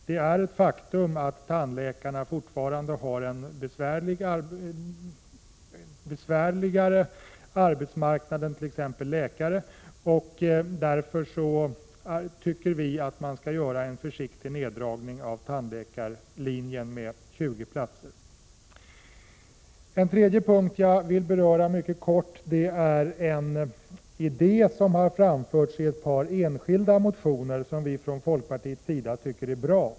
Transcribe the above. Det är ett faktum att tandläkarna fortfarande har en besvärligare arbetsmarknad än t.ex. läkare, och därför bör det göras en försiktig neddragning av tandläkarlinjen med 20 platser. En tredje punkt som jag vill beröra är en idé som har framförts i ett par enskilda motioner, som folkpartiet tycker är bra.